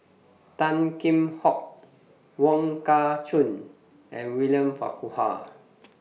Tan Kheam Hock Wong Kah Chun and William Farquhar